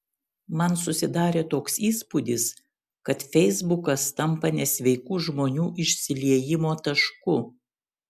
man susidarė toks įspūdis kad feisbukas tampa nesveikų žmonių išsiliejimo tašku